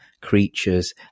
creatures